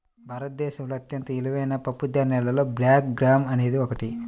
భారతదేశంలో అత్యంత విలువైన పప్పుధాన్యాలలో బ్లాక్ గ్రామ్ అనేది ఒకటి